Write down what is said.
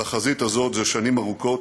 בחזית הזאת זה שנים ארוכות,